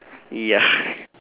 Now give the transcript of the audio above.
ya